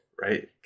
Right